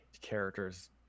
characters